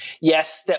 Yes